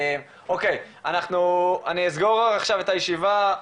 אני אסגור עכשיו את הישיבה,